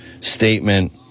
statement